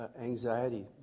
anxiety